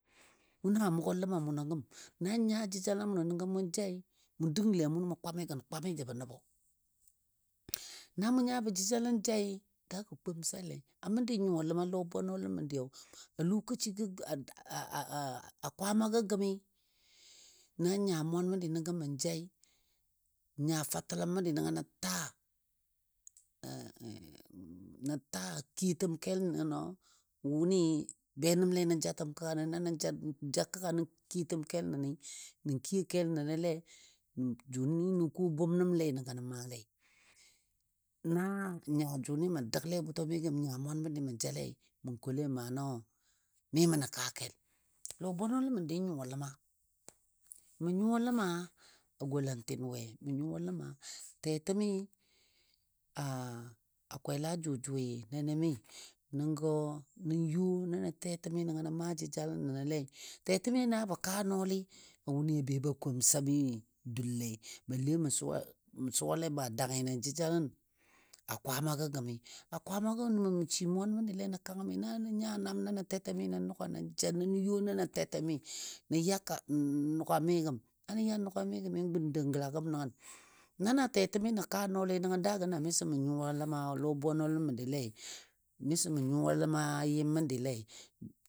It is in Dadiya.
Mʊ na mʊgɔ ləma mʊnɔ gəm, nan nya jəjalən muno nəngɔ mu jai, mun gəngle mʊ mou kwamɨgən kwami jəbɔ nəbɔ. Na mou nyabɔ jəjalən jai daagɔ komsaile a məndi nyuwa ləma lɔbwenlən məndi a loakaci gɔ Kwamagɔ gəmi, nan nya mwan məndi nən gɔ mə jai, n nya fatəlam məndi nəngɔ nən ta nə ta kiyotəm kel nənɔ wʊnɨ benəmle nən jatəm kəga nən na nə ja kəga nən kitotəm kel nənɨ, nə kiyo kel nənole jʊnɨ nə ko bʊm nəmle nəngɔ nən maalei. Na n nya jʊnɨ mən dəgle bʊtɔ məndi gəmi nya mwan məndi mən jale, mə kole mano mi mənə kaa kel. Lɔbwenlən məndi nyuwa ləma. Mən nyuwa ləma a gɔlatin we? Mə nyuwa ləma tɛtɛmi a kwel a jʊjʊi nemi nəngɔ nən yɔ nəbɔ tɛtɛmi nə maa jəjalən nənɔlei. Tɛtɛmi a naabɔ kaa nɔɔli a wʊnɨ a be ba komsa mi dullei balle mə suwale mə a dangɨ nən jəjalən a kwamgɔ gəmi. A kwaamagɔ nəmə mə shi mwan məndile nən kang mi na nən nya nam nano tɛtɛmi nən nʊga nən ja nən yɔ nanɔ tɛtemi nə ya nʊgami gəm, na nə ya nʊgami gəmi gun dou gəla gəm nəngəm. Na na tetemi nən kaa nɔli nəngɔ daagɔ miso mən nyuwa ləma lɔ bwenɔlən məndile miso mən nyuwa ləma yɨm məndile.